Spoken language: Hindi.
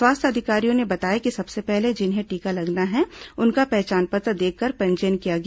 स्वास्थ्य अधिकारियों ने बताया कि सबसे पहले जिन्हें टीका लगना है उनका पहचान पत्र देखकर पंजीयन किया गया